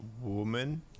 woman